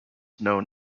known